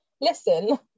Listen